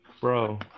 bro